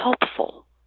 helpful